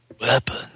Weapon